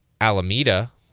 Alameda